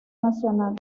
nacional